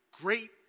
great